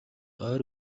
ойр